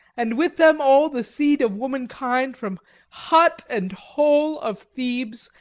and with them all the seed of womankind from hut and hall of thebes,